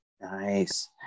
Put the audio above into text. Nice